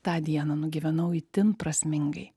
tą dieną nugyvenau itin prasmingai